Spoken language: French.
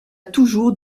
toujours